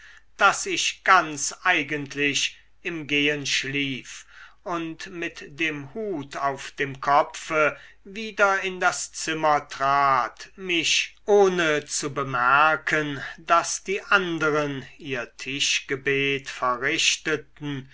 daß ich ganz eigentlich im gehen schlief mit dem hut auf dem kopfe wieder in das zimmer trat mich ohne zu bemerken daß die anderen ihr tischgebet verrichteten